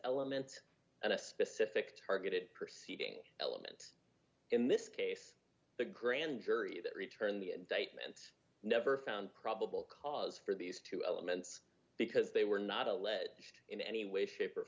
elements and a specific targeted perceiving element in this case the grand jury that return the indictment never found probable cause for these two elements because they were not alleged in any way shape or